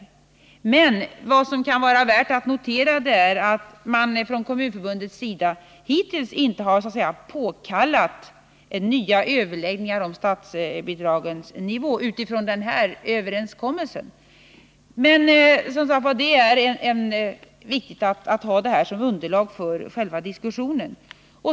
Men vad som kan vara värt att notera är att Kommunförbundet hittills inte ”påkallat” nya överläggningar om statsbidragens nivå utifrån den här överenskommelsen. Det är, som sagt, viktigt att ha detta som underlag för själva diskussionen.